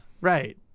right